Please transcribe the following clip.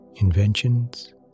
inventions